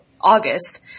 August